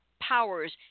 powers